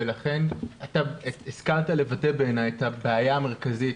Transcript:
השכלת לבטא את הבעיה המרכזית.